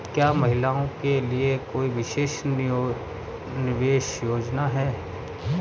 क्या महिलाओं के लिए कोई विशेष निवेश योजना है?